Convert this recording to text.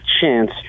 chance